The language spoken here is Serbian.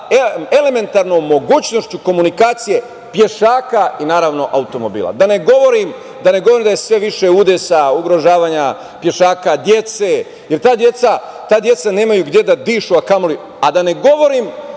elementarnom mogućnošću komunikacije pešaka i naravno automobila. Da ne govorim da je sve više udesa, ugrožavanja pešaka, deca, jer ta deca nemaju gde da dišu, a da ne govorim